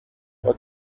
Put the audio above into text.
what